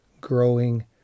growing